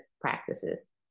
practices